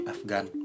Afghan